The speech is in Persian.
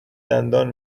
دندان